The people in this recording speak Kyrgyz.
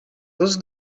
кыз